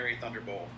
Thunderbolt